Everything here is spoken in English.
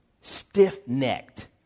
stiff-necked